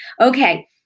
Okay